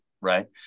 right